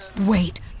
wait